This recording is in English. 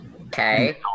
Okay